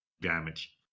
damage